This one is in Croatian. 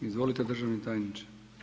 Izvolite državni tajniče.